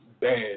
bad